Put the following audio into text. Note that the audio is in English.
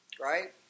right